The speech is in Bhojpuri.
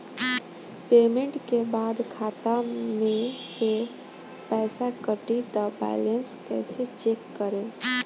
पेमेंट के बाद खाता मे से पैसा कटी त बैलेंस कैसे चेक करेम?